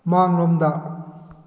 ꯃꯥꯡꯂꯣꯝꯗ